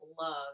love